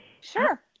sure